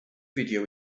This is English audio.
video